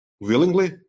Willingly